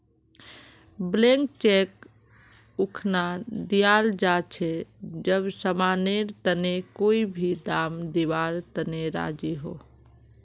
blank cheque उखना दियाल जा छे जब समानेर तने कोई भी दाम दीवार तने राज़ी हो